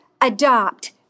adopt